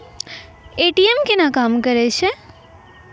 ATM केना काम करै छै?